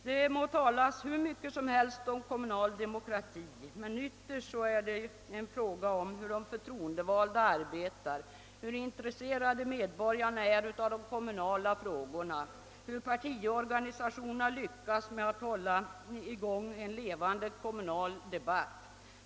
Det må talas hur mycket som helst om kommunal demokrati, men ytterst är det en fråga om hur de förtroendevalda arbetar, hur intresserade medborgarna är av de kommunala frågorna, hur partiorganisationerna lyckas med att hålla i gång en levande kommunal debatt.